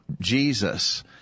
Jesus